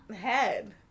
head